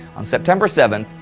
on september seventh,